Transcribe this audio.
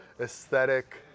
aesthetic